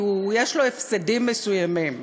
כי יש לו הפסדים מסוימים,